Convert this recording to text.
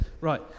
Right